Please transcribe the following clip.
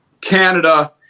Canada